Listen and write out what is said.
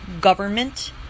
Government